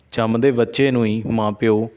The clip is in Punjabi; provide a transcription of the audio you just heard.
ਜੰਮਦੇ ਬੱਚੇ ਨੂੰ ਹੀ ਮਾਂ ਪਿਓ